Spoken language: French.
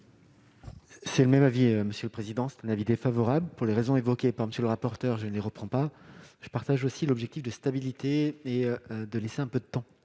C'est le même avis, monsieur le président, c'est un avis défavorable pour les raisons évoquées par monsieur le rapporteur, je ne les reprend pas je partage aussi l'objectif de stabilité et de laisser un peu de temps